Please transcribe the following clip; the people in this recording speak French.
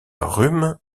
rhume